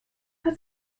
hat